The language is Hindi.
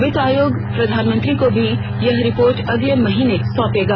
वित्त आयोग प्रधानमंत्री को भी यह रिपोर्ट अगले महीने सौंपेगा